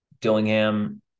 Dillingham